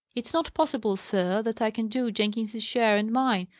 it's not possible, sir, that i can do jenkins's share and mine,